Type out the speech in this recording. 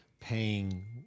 paying